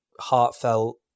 heartfelt